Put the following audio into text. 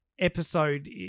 Episode